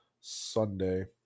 Sunday